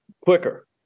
quicker